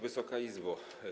Wysoka Izbo!